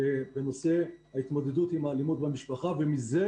בנושא ההתמודדות עם האלימות במשפחה ומזה